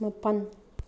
ꯃꯥꯄꯟ